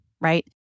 right